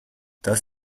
does